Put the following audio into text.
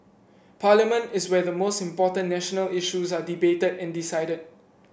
parliament is where the most important national issues are debated and decided